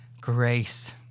grace